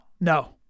No